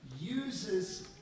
uses